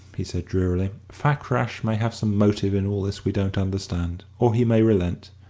he said drearily fakrash may have some motive in all this we don't understand. or he may relent.